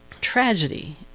tragedy